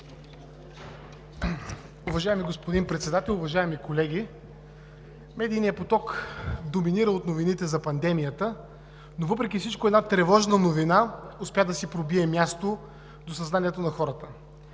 Уважаеми господин Председател, уважаеми колеги! Медийният поток доминира от новините за пандемията, но въпреки всичко една тревожна новина успя да си пробие място до съзнанието на хората.